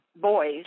boys